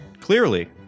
Clearly